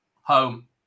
Home